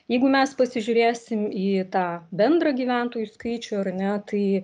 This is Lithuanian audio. jeigu mes pasižiūrėsim į tą bendrą gyventojų skaičių ar ne tai